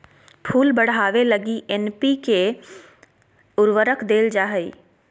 फूल बढ़ावे लगी एन.पी.के उर्वरक देल जा हइ